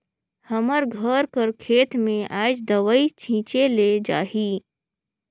हमर घर कर खेत में आएज दवई छींचे ले जाही